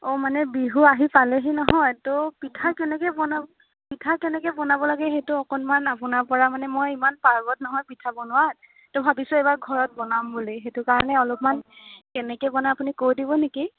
অঁ মানে বিহু আহি পালেহি নহয় ত' পিঠা কেনেকৈ বনাম পিঠা কেনেকৈ বনাব লাগে সেইটো অকণমান আপোনাৰ পৰা মানে মই ইমান পাৰ্গত নহয় পিঠা বনোৱাত ত' ভাবিছোঁ এইবাৰ ঘৰত বনাম বুলি সেইটো কাৰণে অলপমান কেনেকৈ বনায় আপুনি কৈ দিব নেকি